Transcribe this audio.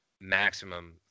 maximum